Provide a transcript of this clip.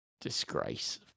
disgrace